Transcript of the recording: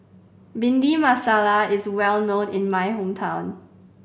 Bhindi Masala is well known in my hometown